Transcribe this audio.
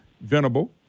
Venable